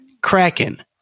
Kraken